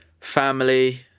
family